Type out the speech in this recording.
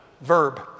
verb